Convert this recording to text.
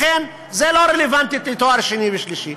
לכן, זה לא רלוונטי לתואר שני ושלישי,